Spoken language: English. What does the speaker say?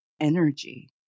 energy